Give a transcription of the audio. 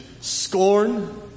scorn